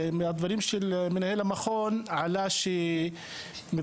מהדברים של מנהל המכון עלה שמבחינה